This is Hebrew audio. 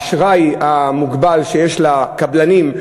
האשראי המוגבל שיש לקבלנים,